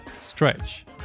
stretch